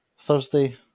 Thursday